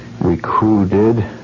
recruited